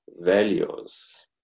values